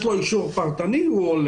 יש לו אישור פרטני, אז הוא עולה.